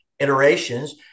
iterations